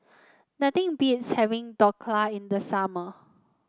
nothing beats having Dhokla in the summer